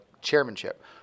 chairmanship